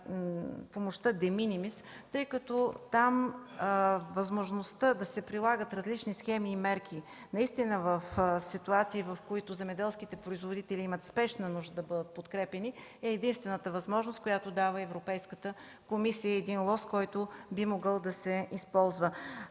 помощта „de minimis”, тъй като там възможността да се прилагат различни схеми и мерки наистина в ситуации, в които земеделските производители имат спешна нужда да бъдат подкрепяни, е единствената, която дава Европейската комисия. Това е и един лост, който би могъл да се използва